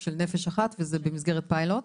של "נפש אחת", וזה במסגרת פיילוט.